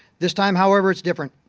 this time, however, it's different.